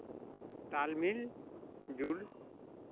ᱛᱟᱞᱢᱤᱞ ᱡᱩᱞ